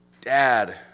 Dad